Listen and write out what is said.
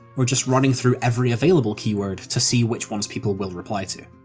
or just running through every available keyword to see which ones people will reply to.